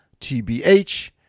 TBH